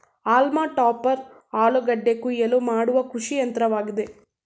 haulm topper ಆಲೂಗೆಡ್ಡೆ ಕುಯಿಲು ಮಾಡುವ ಕೃಷಿಯಂತ್ರವಾಗಿದೆ